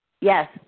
Yes